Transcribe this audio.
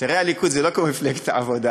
צעירי הליכוד זה לא כמו מפלגת העבודה,